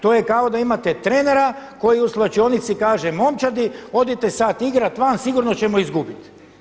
To je kao da imate trenera koji u svlačionici kaže momčadi: Hodite sad igrati van, sigurno ćemo izgubiti.